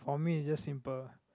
for me it's just simple